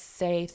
say